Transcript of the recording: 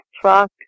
truck